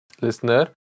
Listener